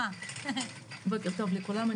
בוקר טוב לכולם.